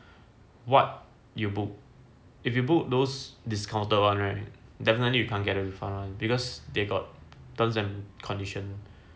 what you book if you book those discounted one right definitely you can't get a refund [one] because they got terms and condition